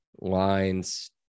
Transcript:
lines